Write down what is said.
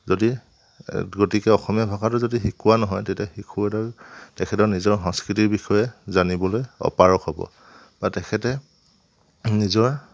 যদি গতিকে অসমীয়া ভাষাটো যদি শিকোৱা নহয় তেতিয়া শিশু এটাৰ তেখেতৰ নিজৰ সংস্কৃতিৰ বিষয়ে জানিবলৈ অপাৰগ হ'ব বা তেখেতে নিজৰ